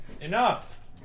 Enough